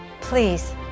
Please